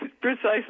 Precisely